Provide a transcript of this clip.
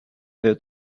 heard